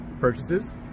purchases